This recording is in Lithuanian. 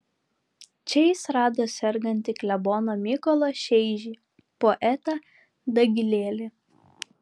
čia jis rado sergantį kleboną mykolą šeižį poetą dagilėlį